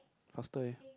faster eh